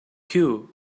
cue